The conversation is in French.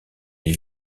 les